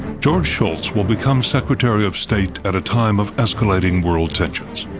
george shultz will become secretary of state at a time of escalating world tensions.